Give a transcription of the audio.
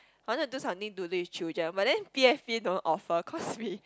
I wanted to do something to do with children but then P_S_B don't offer cause we